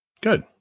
Good